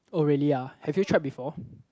oh really ah have you tried before